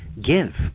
give